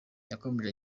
yakomeje